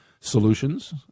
solutions